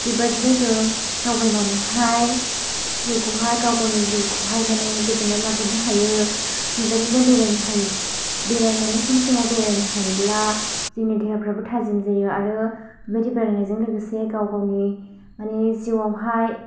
बेबादिनो जों दावबायनानैहाय जिउखौहाय गाव गावनि जिउखौ हाय माने गोजोन्नाय लाबोनो हायो बेबादिनो बेरायनो हायो बेरायनानै सम समाव बेरायनो हायोब्ला जोंनि देहाफ्राबो थाजिम जायो आरो बेबायदि बेरायनायजों लोगोसे गाव गावनि माने जिउयावहाय